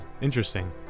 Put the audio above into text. interesting